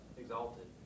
exalted